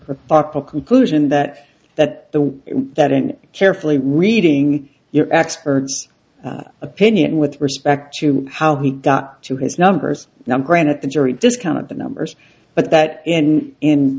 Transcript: a conclusion that that the that in carefully reading your expert opinion with respect to how he got to his numbers now granted the jury discounted the numbers but that in in